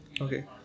Okay